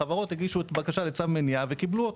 החברות הגישו בקשה לצו מניעה וקיבלו אותו.